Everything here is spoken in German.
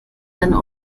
seine